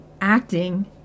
acting